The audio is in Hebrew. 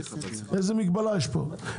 איזה מגבלה יש פה?